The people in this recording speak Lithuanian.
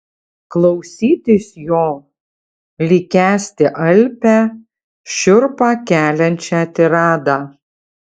klausytis jo lyg kęsti alpią šiurpą keliančią tiradą